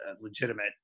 legitimate